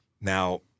Now